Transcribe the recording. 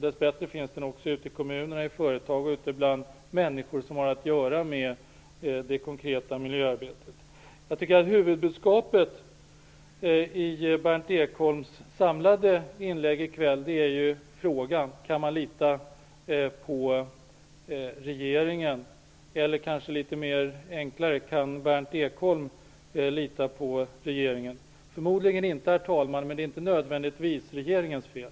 Dess bättre finns den samstämmigheten också ute i kommunerna och i företagen bland de människor som har att syssla med det konkreta miljöarbetet. Huvudbudskapet i Berndt Ekholms samlade inlägg i kväll är ju frågan: Kan man lita på regeringen -- eller kanske litet enklare -- kan Berndt Ekholm lita på regeringen? Förmodligen inte, men det är inte nödvändigtvis regeringens fel.